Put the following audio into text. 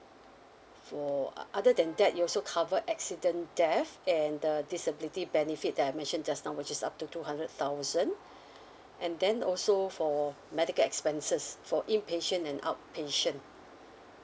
for uh other than that it also cover accident death and the disability benefit that I mentioned just now which is up to two hundred thousand and then also for medical expenses for in patient and out patient